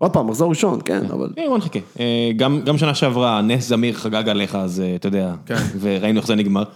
עוד פעם, מחזור ראשון, כן, אבל... כן, בוא נחכה. גם שנה שעברה, נס זמיר חגג עליך, אז אתה יודע... כן. וראינו איך זה נגמר.